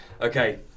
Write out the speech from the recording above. Okay